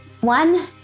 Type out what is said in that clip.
One